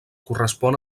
correspon